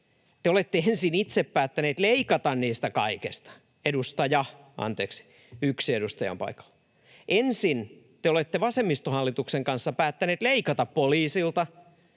te olette ensin itse päättäneet leikata niistä kaikesta. — Edustaja. Anteeksi, yksi edustaja on paikalla. — Ensin te olette vasemmistohallituksen kanssa päättäneet leikata poliisilta,